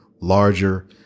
larger